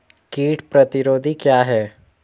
कीट प्रतिरोधी क्या है?